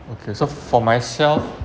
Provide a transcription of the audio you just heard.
okay so for myself